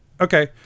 Okay